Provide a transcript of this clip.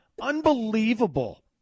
unbelievable